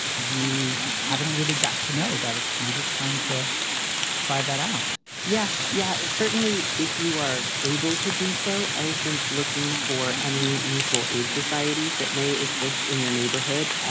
you haven't really got to know that. ah maybe it's time to try that out yeah, yeah, certainly if you were able to do so. i think looking for any mutual aid societies that may exist in your neighborhood,